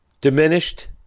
diminished